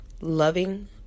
loving